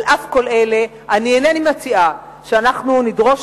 על אף כל אלה אני אינני מציעה שאנחנו נדרוש